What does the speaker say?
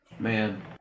Man